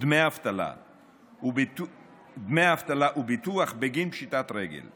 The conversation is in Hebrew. דמי אבטלה וביטוח בגין פשיטת רגל.